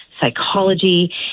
psychology